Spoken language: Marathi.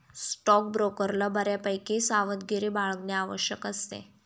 स्टॉकब्रोकरला बऱ्यापैकी सावधगिरी बाळगणे आवश्यक असते